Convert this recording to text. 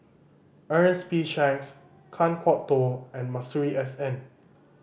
Ernest P Shanks Kan Kwok Toh and Masuri S N